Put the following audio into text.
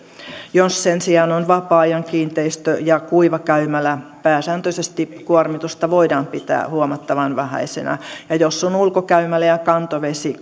jos sen sijaan on vapaa ajan kiinteistö ja kuivakäymälä pääsääntöisesti kuormitusta voidaan pitää huomattavan vähäisenä ja jos on ulkokäymälä ja kantovesi